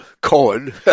Cohen